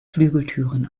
flügeltüren